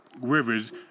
rivers